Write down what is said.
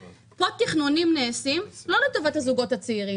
התכנונים נעשים פה לא לטובת הזוגות הצעירים,